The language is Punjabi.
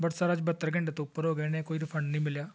ਬਟ ਸਰ ਅੱਜ ਬਹੱਤਰ ਘੰਟੇ ਤੋਂ ਉੱਪਰ ਹੋ ਗਏ ਨੇ ਕੋਈ ਰਿਫੰਡ ਨਹੀਂ ਮਿਲਿਆ